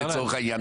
לצורך העניין.